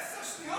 עשר שניות?